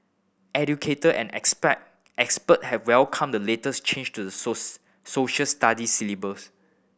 educator and expect expert have welcomed the latest change to the souls Social Studies syllabus